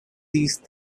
these